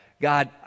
God